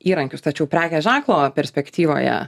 įrankius tačiau prekės ženklo perspektyvoje